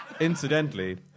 Incidentally